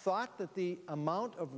thought that the amount of